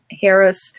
Harris